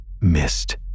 missed